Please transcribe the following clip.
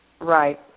Right